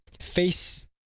face